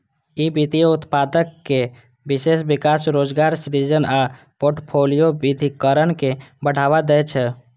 ई वित्तीय उत्पादक निवेश, विकास, रोजगार सृजन आ फोर्टफोलियो विविधीकरण के बढ़ावा दै छै